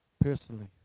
personally